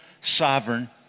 sovereign